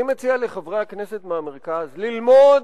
אני מציע לחברי הכנסת מהמרכז ללמוד,